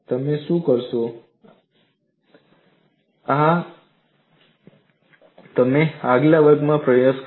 તમે શું કરશો તમે આગલા વર્ગમાં પ્રયોગ કરશો